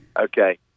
Okay